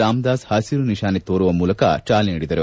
ರಾಮದಾಸ್ ಹಸಿರು ನಿಶಾನೆ ತೋರುವ ಮೂಲಕ ಚಾಲನೆ ನೀಡಿದರು